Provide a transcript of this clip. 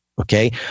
Okay